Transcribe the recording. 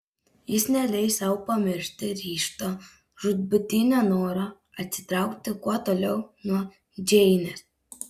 jis neleis sau pamiršti ryžto žūtbūtinio noro atsitraukti kuo toliau nuo džeinės